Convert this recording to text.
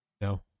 no